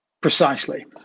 precisely